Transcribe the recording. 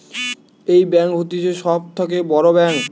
এই ব্যাঙ্ক হতিছে সব থাকে বড় ব্যাঙ্ক